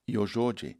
jo žodžiai